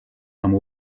amb